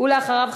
ואחריו,